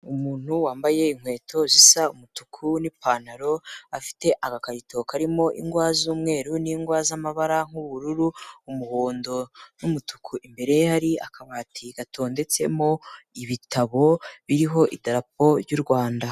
Umuntu wambaye inkweto zisa umutuku n'ipantaro, afite agakarito karimo ingwa z'umweru n'ingwa z'amabara nk'ubururu, umuhondo, n'umutuku. Imbere ye hari akabati gatondetsemo ibitabo, biriho idarapo ry'u Rwanda.